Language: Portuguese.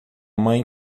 mãe